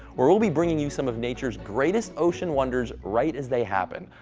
where we'll be bringing you some of nature's greatest ocean wonders right as they happen.